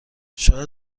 شاید